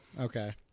Okay